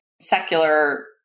secular